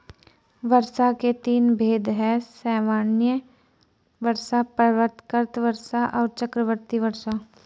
वर्षा के तीन भेद हैं संवहनीय वर्षा, पर्वतकृत वर्षा और चक्रवाती वर्षा